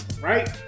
right